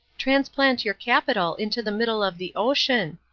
transplant your capital into the middle of the ocean.